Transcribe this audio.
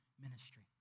ministry